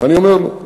ואני אומר לו: